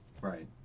Right